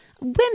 women